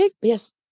Yes